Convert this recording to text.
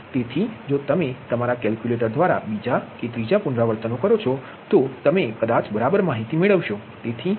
તેથી જો તમે તમારા કેલ્ક્યુલેટર દ્વારા બીજા બે ત્રણ પુનરાવર્તનો કરો છો તો તમે કદાચ બરાબર માહીતી મેળવશો